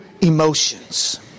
emotions